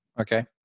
Okay